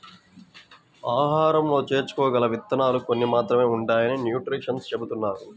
ఆహారంలో చేర్చుకోగల విత్తనాలు కొన్ని మాత్రమే ఉంటాయని న్యూట్రిషన్స్ చెబుతున్నారు